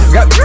Got